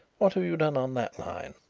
what have you done on that line?